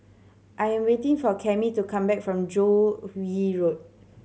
I'm waiting for Cammie to come back from Joo Yee Road